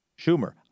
Schumer